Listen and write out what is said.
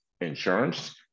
insurance